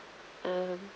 um